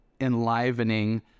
enlivening